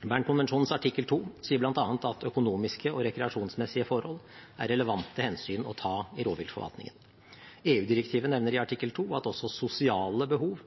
Bern-konvensjonen artikkel 2 sier bl.a. at økonomiske og rekreasjonsmessige forhold er relevante hensyn å ta i rovviltforvaltningen. EU-direktivet nevner i artikkel 2 at også sosiale behov